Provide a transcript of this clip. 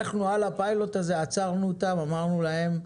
אנחנו עצרנו אותם על הפיילוט הזה ואמרנו להם: